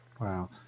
Wow